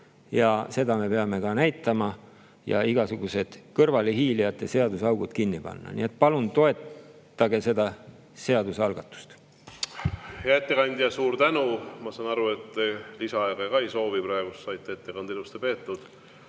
Seda me peame ka näitama ja igasugused kõrvalehiilijate seaduseaugud kinni panema. Nii et palun toetage seda seadusalgatust. Hea ettekandja, suur tänu! Ma saan aru, et te lisaaega ei soovi praegu, saite ettekande ilusti peetud.